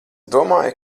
domāju